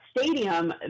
stadium